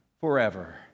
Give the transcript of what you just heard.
forever